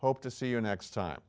hope to see you next time